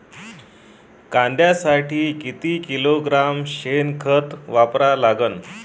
कांद्यासाठी किती किलोग्रॅम शेनखत वापरा लागन?